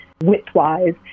width-wise